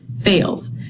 fails